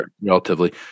relatively